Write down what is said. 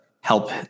help